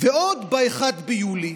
ועוד ב-1 ביולי.